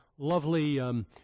lovely